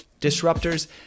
disruptors